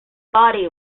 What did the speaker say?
body